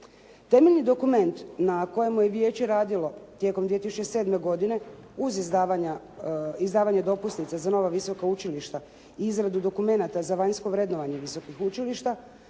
Temeljni dokument na kojemu je vijeće radilo tijekom 2007. godine uz izdavanje dopusnica za nova visoka učilišta i izradu dokumenata za vanjsko vrednovanje visokih učilišta,